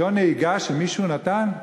רישיון נהיגה שמישהו נתן?